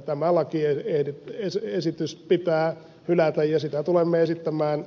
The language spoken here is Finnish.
tämä lakiesitys pitää hylätä ja sitä tulemme esittämään